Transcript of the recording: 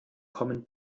kommen